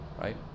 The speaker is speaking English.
right